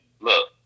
look